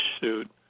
suit